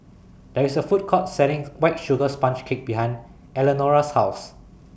There IS A Food Court sellings White Sugar Sponge Cake behind Eleanora's House